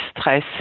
stress